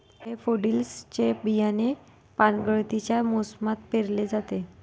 daffodils चे बियाणे पानगळतीच्या मोसमात पेरले जाते